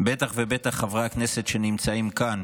ובטח ובטח חברי הכנסת שנמצאים כאן.